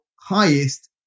highest